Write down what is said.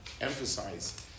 emphasize